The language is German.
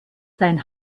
sein